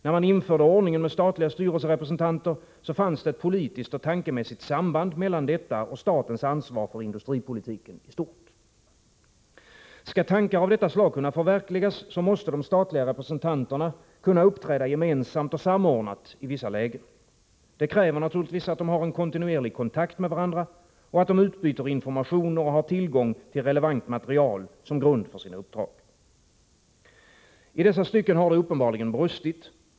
När man införde ordningen med statliga styrelserepresentanter fanns det ett politiskt och tankemässigt samband mellan detta och statens ansvar för industripolitiken i stort. Skall tankar av detta slag kunna förverkligas, måste de statliga representanterna kunna uppträda gemensamt och samordnat i vissa lägen. Det kräver naturligtvis att de har en kontinuerlig kontakt med varandra, att de utbyter informationer och har tillgång till relevant material som grund för sina uppdrag. I dessa stycken har det uppenbarligen brustit.